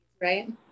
right